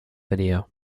video